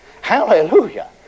Hallelujah